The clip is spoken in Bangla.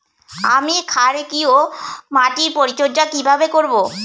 আমি ক্ষারকীয় মাটির পরিচর্যা কিভাবে করব?